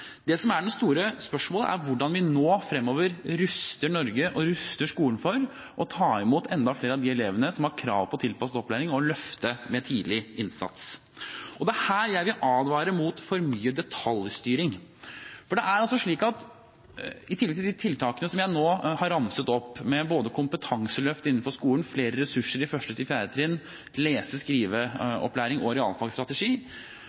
Det som er det store spørsmålet, er hvordan vi nå fremover ruster Norge og skolen for å ta imot enda flere av de elevene som har krav på tilpasset opplæring, og løfte dem med tidlig innsats. Det er her jeg vil advare mot for mye detaljstyring. I tillegg til de tiltakene som jeg nå har ramset opp, med både kompetanseløft innenfor skolen og flere ressurser på 1.–4. trinn, lese- og skriveopplæring og